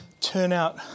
turnout